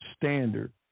standard